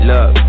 Look